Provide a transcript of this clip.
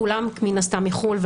כולם מן הסתם מחו"ל.